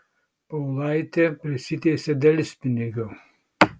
paulaitė prisiteisė delspinigių